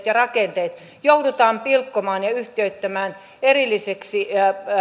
ja rakenteet joudutaan pilkkomaan ja yhtiöittämään erillisiksi